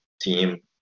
team